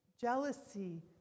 jealousy